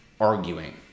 arguing